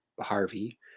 Harvey